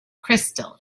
crystal